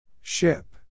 Ship